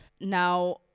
Now